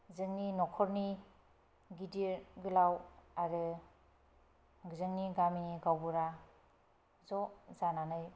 जोंनि न'खरनि गिदिर गोलाव आरो जोंनि गामिनि गावबुरा ज' जानानै